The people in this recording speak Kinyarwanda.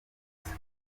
nziza